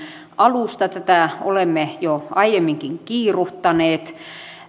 alusta tätä olemme jo aiemminkin kiiruhtaneet